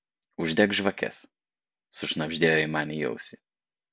uždek žvakes sušnabždėjo ji man į ausį